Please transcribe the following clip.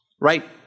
right